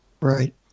Right